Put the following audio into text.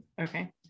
Okay